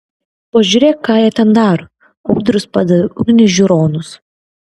pažiūrėk ką jie ten daro audrius padavė ugniui žiūronus